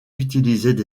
utilisaient